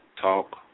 Talk